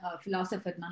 philosopher